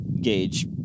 gauge